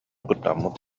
куттаммыт